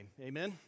Amen